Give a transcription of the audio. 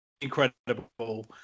incredible